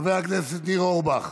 חבר הכנסת ניר אורבך,